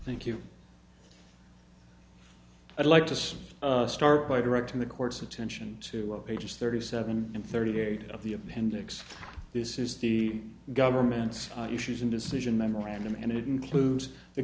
thank you i'd like to start by directing the court's attention to pages thirty seven and thirty eight of the appendix this is the government's issues in decision memorandum and it includes the